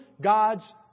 God's